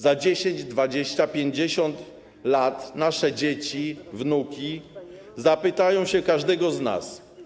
Za 10, 20, 50 lat nasze dzieci, wnuki zapytają każdego z nas: